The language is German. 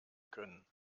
können